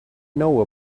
know